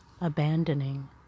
abandoning